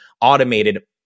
automated